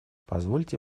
позвольте